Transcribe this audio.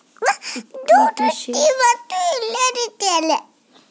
equity share ಆದ್ಯತೆಯ share ಅಂತ ಇವೆರಡು ಷೇರ ಬಂಡವಾಳದ ವಿಧಗಳು